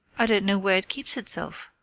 i don't know where it keeps itself.